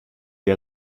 der